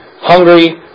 hungry